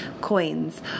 coins